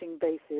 basis